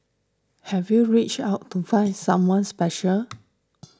have you reached out to find someone special